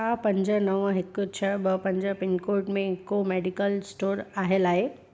छा पंज नव हिक छह ॿ पंज पिनकोड में कोई मेडिकल स्टोर आयल आहे